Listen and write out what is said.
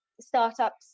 startups